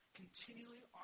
continually